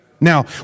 Now